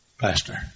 Pastor